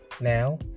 now